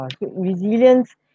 resilience